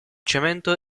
cemento